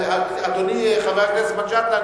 אדוני חבר הכנסת מג'אדלה,